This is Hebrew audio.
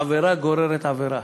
עבירה גוררת עבירה.